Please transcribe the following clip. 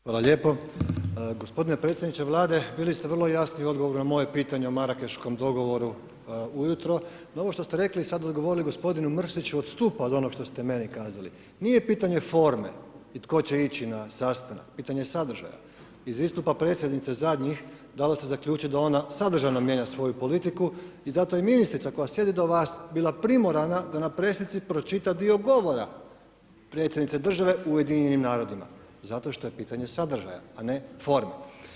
Hvala lijepo, gospodine predsjedniče Vlade, bili ste vrlo jasni u odgovoru na moje pitanje o Marakeškom dogovoru ujutro no ovo što ste rekli, sad odgovorili gospodinu Mrsiću odstupa od onog što ste meni kazali, nije pitanje forme i tko će ići na sastanak, pitanje je sadržaja iz istupa predsjednice zadnjih dalo se zaključit da ona sadržajno mijenja svoju politiku i zato i ministrica koja sjedi do vas bila primorana da na press-ici pročita dio govora predsjednice države u Ujedinjenim narodima, zato što je pitanje sadržaja, a ne forme.